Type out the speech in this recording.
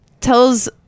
tells